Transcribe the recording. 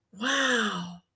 Wow